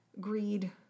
greed